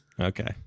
Okay